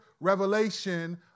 Revelation